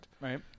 right